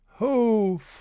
Oh